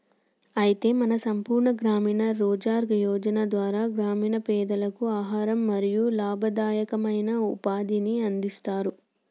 అయితే మన సంపూర్ణ గ్రామీణ రోజ్గార్ యోజన ధార గ్రామీణ పెదలకు ఆహారం మరియు లాభదాయకమైన ఉపాధిని అందిస్తారు